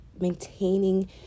maintaining